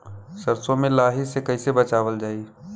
सरसो में लाही से कईसे बचावल जाई?